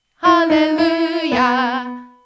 Hallelujah